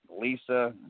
Lisa